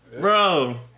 Bro